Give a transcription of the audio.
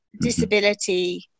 disability